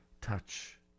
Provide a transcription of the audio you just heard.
touch